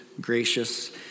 gracious